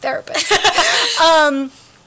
therapist